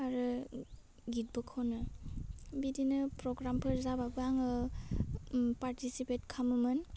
आरो गिटबो खनो बिदिनो फ्रग्रामफोर जाबाबो आङो फारटिसिपेट खालामोमोन